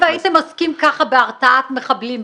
הלוואי שהייתם עוסקים ככה בהרתעת מחבלים,